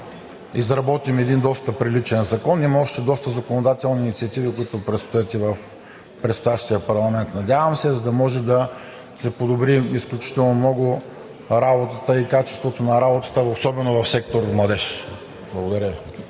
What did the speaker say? изработим един доста приличен закон. Има още доста законодателни инициативи, които предстоят и в предстоящия парламент, надявам се, за да може да се подобри изключително качеството на работата особено в сектор „Младеж“. Благодаря